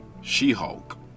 She-Hulk